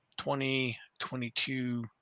2022